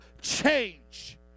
change